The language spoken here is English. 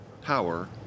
power